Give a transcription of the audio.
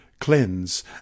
cleanse